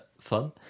fun